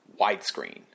widescreen